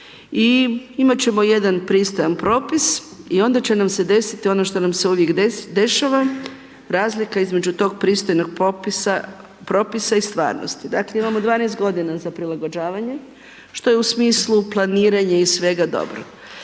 i imat ćemo jedan pristojan Propis i onda će nam se desiti ono što nam se uvijek dešava, razlika između tog pristojnog Propisa i stvarnosti. Dakle, imamo 12 godina za prilagođavanje, što je u smislu planiranje i svega dobro.